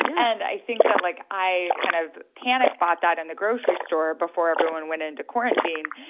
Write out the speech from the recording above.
and i think that, like, i kind of panic-bought that in the grocery store before everyone went into quarantine.